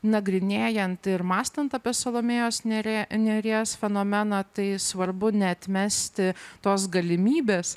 nagrinėjant ir mąstant apie salomėjos nėries nėries fenomeną tai svarbu neatmesti tos galimybės